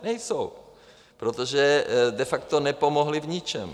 Nejsou, protože de facto nepomohli v ničem.